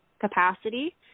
capacity